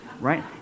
right